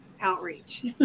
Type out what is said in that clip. outreach